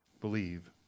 believe